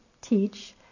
teach